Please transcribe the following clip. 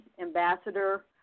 ambassador